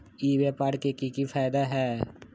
ई व्यापार के की की फायदा है?